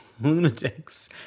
lunatics